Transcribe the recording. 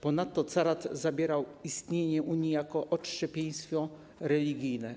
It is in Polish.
Ponadto carat odbierał istnienie unii jako odszczepieństwo religijne.